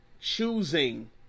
Choosing